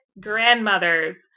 grandmothers